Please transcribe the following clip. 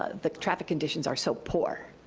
ah the traffic conditions are so poor.